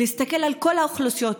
להסתכל על כל האוכלוסיות,